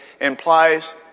implies